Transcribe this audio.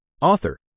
author